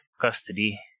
custody